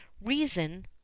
Reason